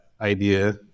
idea